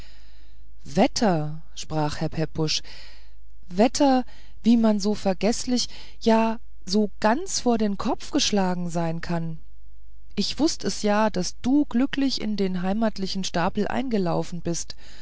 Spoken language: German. wetter sprach herr pepusch wetter wie man so vergeßlich ja so ganz vor den kopf geschlagen sein kann ich wußt es ja daß du glücklich in den heimatlichen stapel eingelaufen bist